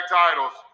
titles